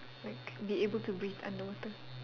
like be able to breathe under water